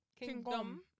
Kingdom